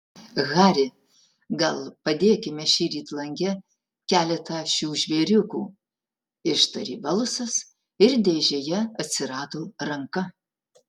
hari gal padėkime šįryt lange keletą šių žvėriukų ištarė balsas ir dėžėje atsirado ranka